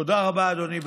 תודה רבה, אדוני.